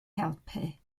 helpu